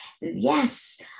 Yes